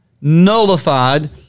nullified